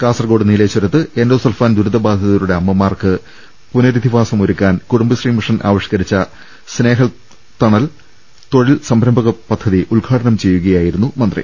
കാസർകോട് നീലേശ്വരത്ത് എൻഡോസൾഫാൻ ദുരിത ബാധിതരുടെ അമ്മമാർക്ക് പുനരധിവാസം ഒരുക്കാൻ കുടുംബശ്രീ മിഷൻ ആവി ഷ്കരിച്ച സ്നേഹത്തണൽ തൊഴിൽ സംരംഭക പദ്ധതി ഉദ്ഘാടനം ചെയ്യുകയായിരുന്നു മന്ത്രി